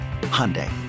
Hyundai